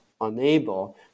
unable